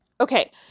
Okay